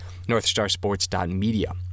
northstarsports.media